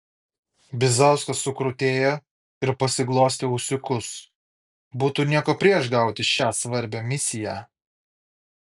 bizauskas sukrutėjo ir pasiglostė ūsiukus būtų nieko prieš gauti šią svarbią misiją